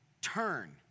turn